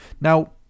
Now